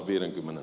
kysynkin